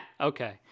Okay